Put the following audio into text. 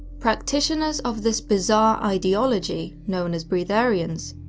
practitioners of this bizarre ideology, known as breatharians,